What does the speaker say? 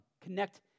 connect